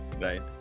right